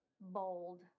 bold